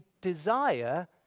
desire